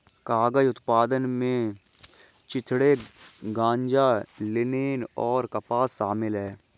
कागज उत्पादन में चिथड़े गांजा लिनेन और कपास शामिल है